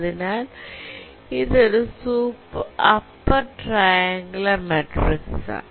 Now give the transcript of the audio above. അതിനാൽ ഇത് ഒരു അപ്പർ ട്രയങ്കുളർ മാട്രിക്സാണ്